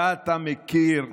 שבה אתה מכיר,